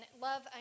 love